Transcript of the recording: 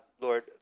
Lord